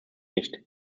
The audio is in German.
nicht